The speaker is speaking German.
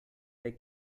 der